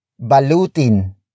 Balutin